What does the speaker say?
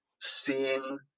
seeing